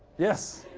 yes.